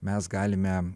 mes galime